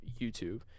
YouTube